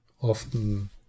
often